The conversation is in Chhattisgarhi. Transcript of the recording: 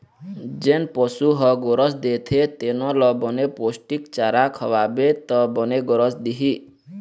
जेन पशु ह गोरस देथे तेनो ल बने पोस्टिक चारा खवाबे त बने गोरस दिही